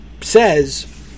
says